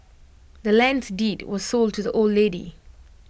the land's deed was sold to the old lady